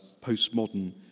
postmodern